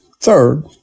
Third